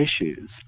issues